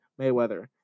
Mayweather